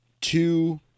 two